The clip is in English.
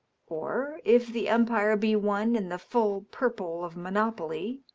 or, if the umpire be one in the full purple of monopoly,